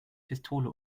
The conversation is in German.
pistole